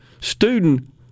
student